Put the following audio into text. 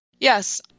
Yes